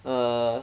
err